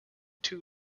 two